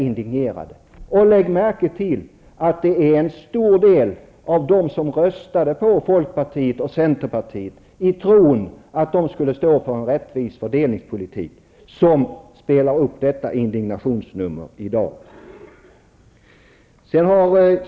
Lägg också märke till att det är en stor del av dem som röstade på folkpartiet och centerpartiet i tron att dessa partier skulle stå för en rättvis fördelningspolitik som i dag spelar upp detta indignationsnummer.